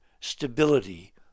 stability